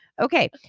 okay